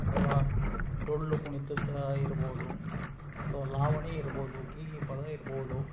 ಅಥವಾ ಡೊಳ್ಳು ಕುಣಿತದ್ದು ಇರ್ಬೋದು ಅಥವಾ ಲಾವಣಿ ಇರ್ಬೋದು ಗೀಗೀ ಪದ ಇರ್ಬೋದು